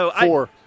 Four